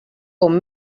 com